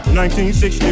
1960